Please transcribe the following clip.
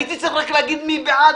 הייתי צריך רק להגיד: מי בעד?